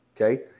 okay